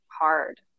hard